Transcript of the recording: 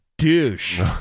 Douche